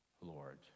Lord